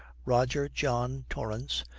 roger john torrance,